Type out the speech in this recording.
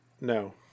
No